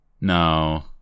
No